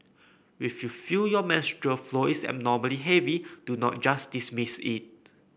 if you feel your menstrual flow is abnormally heavy do not just dismiss it